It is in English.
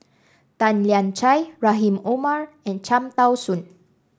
Tan Lian Chye Rahim Omar and Cham Tao Soon